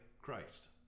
Christ